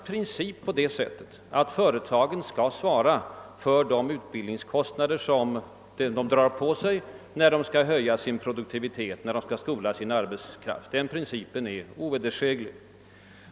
Principiellt skall företagen självfallet svara för de utbildningskostnader som de drar på sig när de skall höja sin produktivitet, och därför omskola eller vidareutbilda sin arbetskraft. Den principen är ovedersäglig.